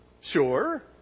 Sure